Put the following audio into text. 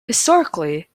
historically